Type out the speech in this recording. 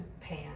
pan